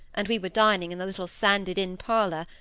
and we were dining in the little sanded inn-parlour,